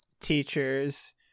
Teachers